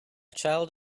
child